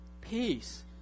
peace